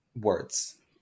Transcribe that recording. words